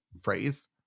phrase